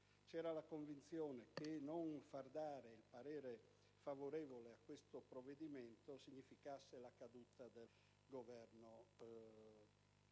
nella convinzione che il negare il parere favorevole a questo provvedimento significasse la caduta del Governo